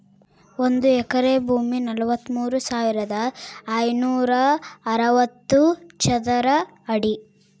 ಒಂದು ಎಕರೆ ಭೂಮಿ ನಲವತ್ಮೂರು ಸಾವಿರದ ಐನೂರ ಅರವತ್ತು ಚದರ ಅಡಿ